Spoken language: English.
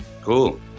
Cool